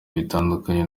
bitandukanye